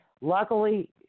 Luckily